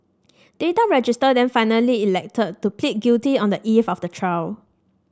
Data Register then finally elected to plead guilty on the eve of the trial